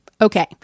Okay